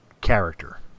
character